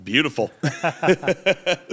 beautiful